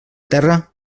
terra